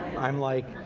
i'm like,